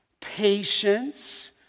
patience